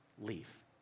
leave